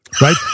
Right